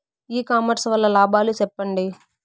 ఇ commerce వల్ల లాభాలు సెప్పండి?